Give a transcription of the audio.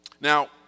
Now